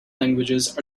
languages